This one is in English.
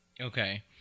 Okay